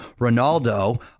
Ronaldo